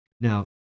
Now